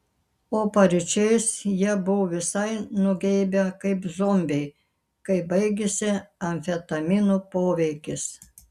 o paryčiais jie buvo visai nugeibę kaip zombiai kai baigėsi amfetamino poveikis